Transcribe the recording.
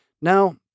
Now